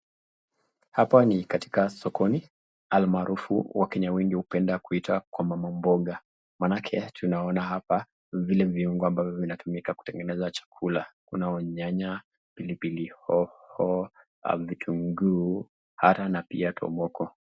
Hapa ni katika sokoni almarufu wakenya wengi hupenda kuita kwa mama mboga maanake tunaona hapa vile viungo ambavyo vinatumika kutengeneza chakula. Kunao nyanya, pilipili hoho, vitunguu hata na pia tomoko.